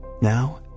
Now